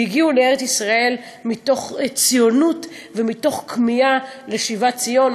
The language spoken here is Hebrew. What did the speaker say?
והגיעו לארץ-ישראל מתוך ציונות ומתוך כמיהה לשיבת ציון,